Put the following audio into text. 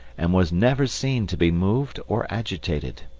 and was never seen to be moved or agitated.